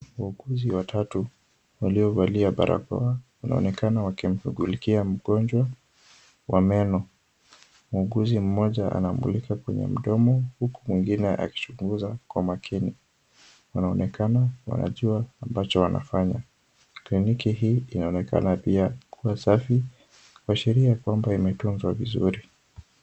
Wauguzi watatu waliovalia barakoa, wanaonekana wakimshughulikia mgonjwa wa meno. Muuguzi mmoja anamulika kwenye mdomo, huku mwingine akichunguza kwa makini. Wanaonekana wanajua ambacho wanafanya. Kliniki hii inaonekana pia kuwa safi, kuashiria kwamba imetunzwa vizuri.